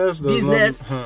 business